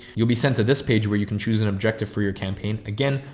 you'll be sent to this page where you can choose an objective for your campaign. again,